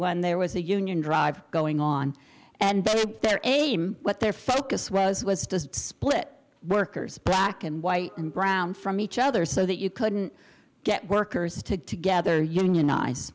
when there was a union drive going on and their a t m what their focus was was to split workers black and white and brown from each other so that you couldn't get workers together unionize